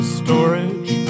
storage